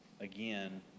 again